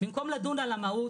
במקום לדון על המהות,